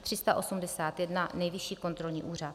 381 Nejvyšší kontrolní úřad